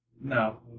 No